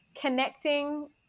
connecting